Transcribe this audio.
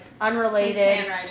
unrelated